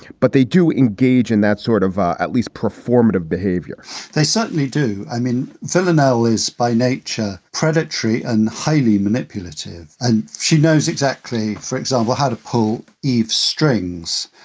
but they do engage in that sort of at least performative behavior they certainly do. i mean, senator nettle is by nature predatory and highly manipulative. and she knows exactly, for example, how to pull eef strings.